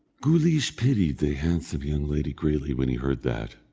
guleesh pitied the handsome young lady greatly when he heard that,